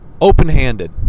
Open-handed